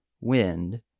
Wind